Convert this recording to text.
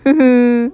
mmhmm